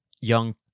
young